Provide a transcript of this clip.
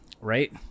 Right